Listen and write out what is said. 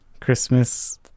Christmas